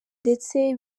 ndetse